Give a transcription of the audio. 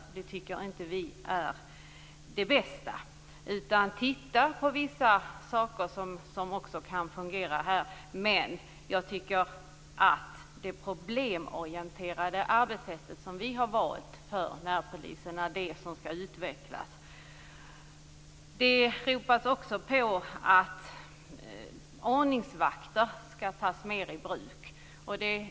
Man kan titta på vissa saker som kan fungera också här, men jag tycker att det problemorienterade arbetssätt som vi har valt för närpolisen är det som skall utvecklas. Det ropas också på att fler ordningsvakter skall tas i bruk.